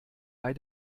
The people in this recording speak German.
bei